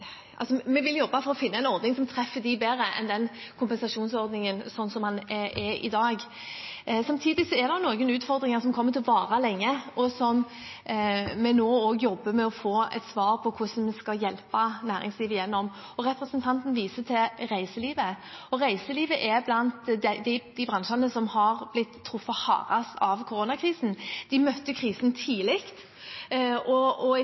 vi jobber nå med å få et svar på hvordan vi skal hjelpe næringslivet gjennom det. Representanten viser til reiselivet, og reiselivet er blant de bransjene som har blitt truffet hardest av koronakrisen. De møtte krisen tidlig, og nå, når det har gått litt tid, ser vi at dette kommer til å bli langvarig, og at det kommer til å medføre redusert aktivitet i reiselivet